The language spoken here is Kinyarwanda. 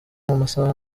amasaha